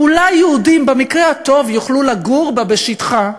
אולי יהודים, במקרה הטוב, יוכלו לגור בה בשטחה,